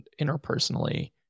interpersonally